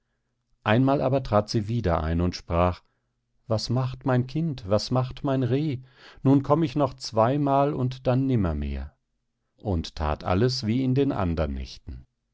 einmal aber trat sie wieder ein und sprach was macht mein kind was macht mein reh nun komm ich noch zweimal und dann nimmermehr und that alles wie in den andern nächten